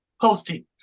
posting